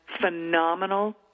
phenomenal